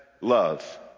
love